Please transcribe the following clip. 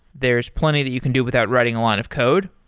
there's plenty that you can do without writing a lot of code,